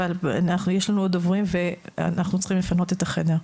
אבל יש לנו עוד דוברים ואנחנו צריכים לפנות את החדר.